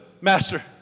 master